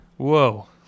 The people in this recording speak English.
Whoa